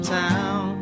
town